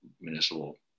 municipal